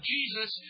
Jesus